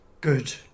good